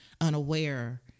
unaware